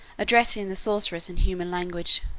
addressing the sorceress in human language,